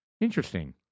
Interesting